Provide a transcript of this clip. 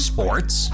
Sports